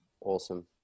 Awesome